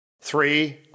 three